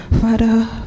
Father